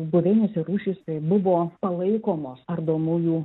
buveinės ir rūšys tai buvo palaikomos ardomųjų